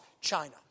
China